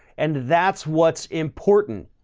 and that's what's important.